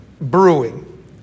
brewing